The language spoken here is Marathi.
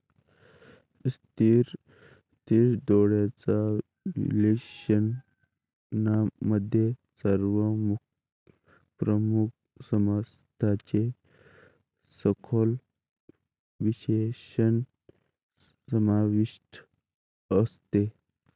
स्थिर डोळ्यांच्या विश्लेषणामध्ये सर्व प्रमुख समस्यांचे सखोल विश्लेषण समाविष्ट असते